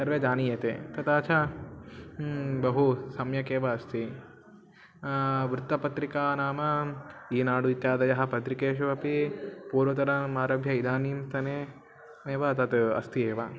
सर्वे जानीयते तथा च बहु सम्यगेव अस्ति वृत्तपत्रिका नाम ईनाडु इत्यादयः पत्रिकासु अपि पूर्वतरमारभ्य इदानींतने एव तत् अस्ति एव